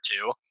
two